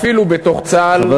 אפילו בתוך צה"ל,